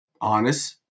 honest